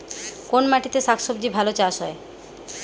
কোন মাটিতে শাকসবজী ভালো চাষ হয়?